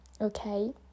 Okay